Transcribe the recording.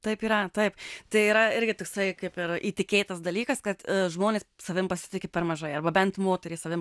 taip yra taip tai yra irgi toksai kaip ir įtikėtas dalykas kad žmonės savim pasitiki per mažai arba bent moterys savim